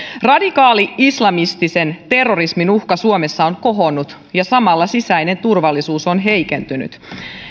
radikaali islamistisen terrorismin uhka suomessa on kohonnut ja samalla sisäinen turvallisuus on heikentynyt